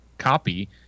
copy